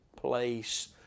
place